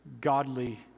godly